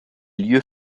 lieux